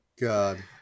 God